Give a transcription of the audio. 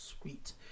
Sweet